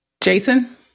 Jason